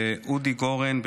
ואודי גורן,